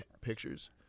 pictures